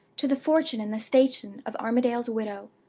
to the fortune and the station of armadale's widow.